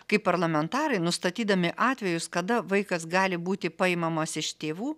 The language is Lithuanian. kaip parlamentarai nustatydami atvejus kada vaikas gali būti paimamas iš tėvų